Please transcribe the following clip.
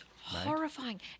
horrifying